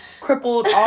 crippled